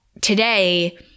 today